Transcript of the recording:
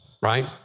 right